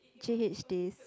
J_H days